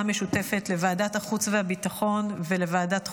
המשותפת לוועדת החוץ והביטחון ולוועדת החוקה,